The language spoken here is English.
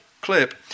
clip